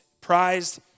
prized